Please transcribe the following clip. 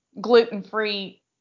gluten-free